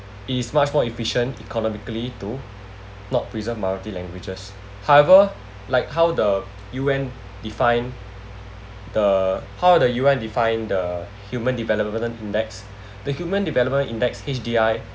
it is much more efficient economically to not preserve minority languages however like how the U_N define the how the U_N define the human development index the human development index H_D_I